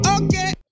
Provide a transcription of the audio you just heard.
okay